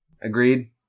Agreed